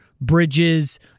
Bridges